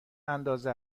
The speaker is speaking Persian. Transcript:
اندازه